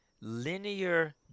linear